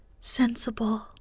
sensible